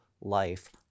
life